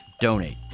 donate